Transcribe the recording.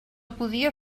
podia